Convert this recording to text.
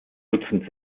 dutzend